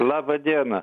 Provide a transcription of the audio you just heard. laba diena